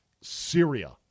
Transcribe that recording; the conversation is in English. Syria